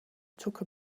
took